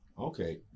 Okay